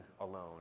alone